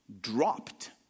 dropped